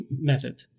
method